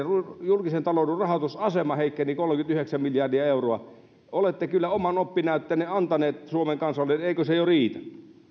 julkisen talouden rahoitusasema heikkeni kolmekymmentäyhdeksän miljardia euroa olette kyllä oman oppinäytteenne antaneet suomen kansalle eikö se jo riitä